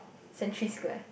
Century Square